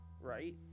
right